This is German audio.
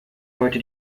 heute